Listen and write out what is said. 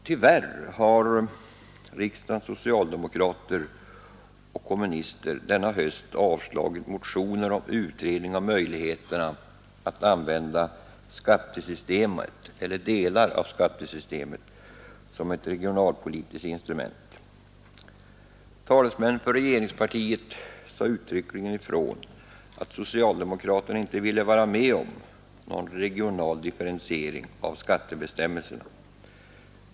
Tyvärr har riksdagens socialdemokrater och kommunister denna höst avslagit motioner om utredning av möjligheterna att använda skattesystemet eller delar av skattesystemet som ett regionalpolitiskt instrument. Talesmän för regeringspartiet sade uttryckligen ifrån att socialdemokraterna inte ville vara med om någon regional differentiering av skattebestämmelserna.